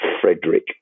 Frederick